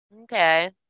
okay